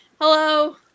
Hello